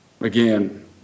Again